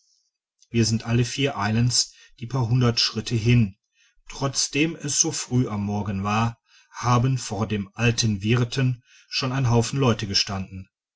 wir sind alle vier eilends die paar hundert schritte hin trotzdem es so früh am morgen war haben vor dem alten wirten schon ein haufen leute gestanden